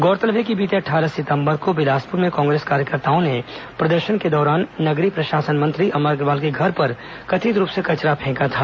गौरतलब है कि बीते अट्ठारह सितंबर को बिलासपुर में कांग्रेस कार्यकर्ताओं ने प्रदर्शन के दौरान द्वारा नगरीय प्रशासन मंत्री अमर अग्रवाल के घर पर कथित रूप से कचरा फेंका था